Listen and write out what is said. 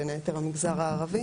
בין היתר המגזר הערבי,